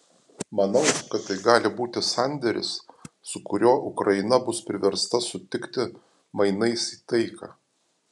manau kad tai gali būti sandėris su kuriuo ukraina bus priversta sutikti mainais į taiką